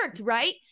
right